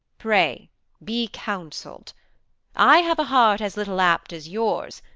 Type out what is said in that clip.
pray be counsell'd i have a heart as little apt as yours,